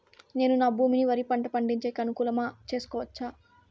నేను నా భూమిని వరి పంట పండించేకి అనుకూలమా చేసుకోవచ్చా?